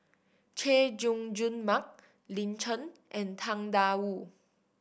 Chay Jung Jun Mark Lin Chen and Tang Da Wu